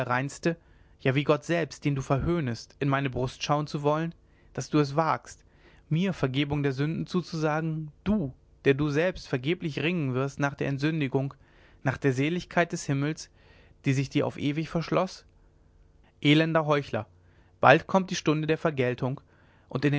reinste ja wie gott selbst den du verhöhnest in meine brust schauen zu wollen daß du es wagst mir vergebung der sünden zuzusagen du der du selbst vergeblich ringen wirst nach der entsündigung nach der seligkeit des himmels die sich dir auf ewig verschloß elender heuchler bald kommt die stunde der vergeltung und